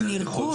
שנירקול?